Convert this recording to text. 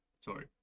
sorry